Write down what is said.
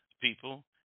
people